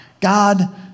God